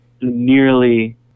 nearly